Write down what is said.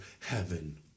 heaven